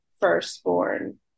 firstborn